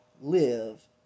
live